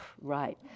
right